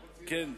הם רוצים הפסקה,